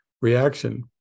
Reaction